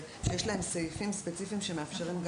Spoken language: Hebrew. שיש להם סעיפים ספציפיים שמאפשרים,